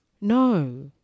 No